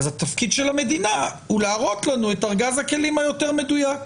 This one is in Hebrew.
אז התפקיד של המדינה הוא להראות לנו את ארגז הכלים המדויק יותר.